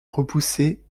repousser